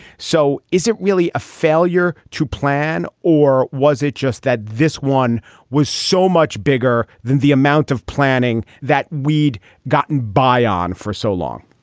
so is it really a failure to plan? or was it just that this one was so much bigger than the amount of planning that we'd gotten by on for so long?